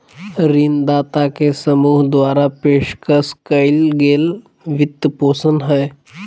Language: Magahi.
ऋणदाता के समूह द्वारा पेशकश कइल गेल वित्तपोषण हइ